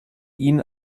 ihn